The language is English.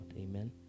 Amen